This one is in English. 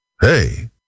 Hey